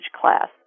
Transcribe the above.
class